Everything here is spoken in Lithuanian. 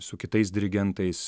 su kitais dirigentais